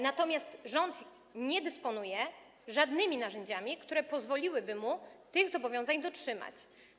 Natomiast rząd nie dysponuje żadnymi narzędziami, które pozwoliłyby mu tych zobowiązań dotrzymać.